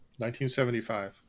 1975